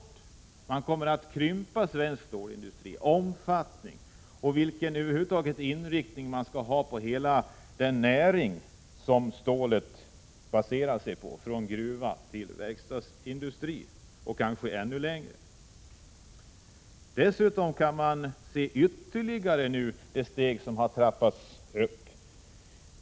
Svensk stålindustris omfattning kommer att krympas. Och frågan måste besvaras vilken inriktning man över huvud taget skall ha på hela den näring som stålindustrin utgör, från gruvan till verkstadsindustrin och kanske ännu längre. Vi kan se att oroväckande steg har tagits som innebär upptrappning av problemen.